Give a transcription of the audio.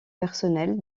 personnel